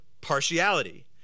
partiality